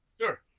Sure